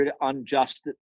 unjust